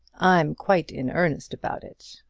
i'm quite in earnest about it.